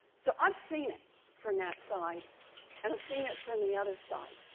so i've seen it from that side and i've seen it from the other side.